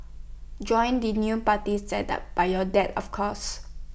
join the new party set up by your dad of course